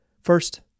First